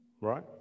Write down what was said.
Right